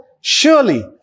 surely